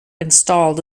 installed